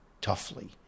toughly